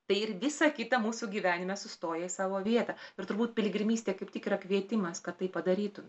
tai ir visa kita mūsų gyvenime sustoja į savo vietą ir turbūt piligrimystė kaip tik yra kvietimas kad tai padarytų